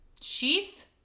sheath